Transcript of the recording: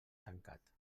tancat